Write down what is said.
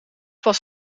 was